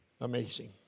Amazing